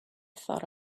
thought